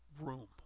room